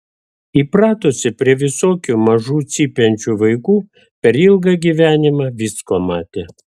įpratusi prie visokių mažų cypiančių vaikų per ilgą gyvenimą visko matė